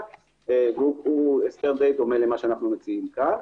והוא הסדר די דומה למה שאנו מציעים פה.